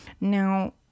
Now